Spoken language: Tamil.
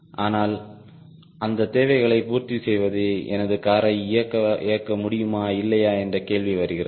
ஆனால் அந்த தேவைகளைப் பூர்த்திசெய்து எனது காரை இயக்க முடியுமா இல்லையா என்ற கேள்வி வருகிறது